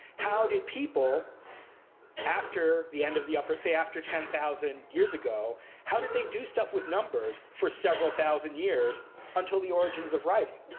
how did people after the end of the upper say after ten thousand years ago how did they do stuff with numbers for several thousand years until the origins of writing?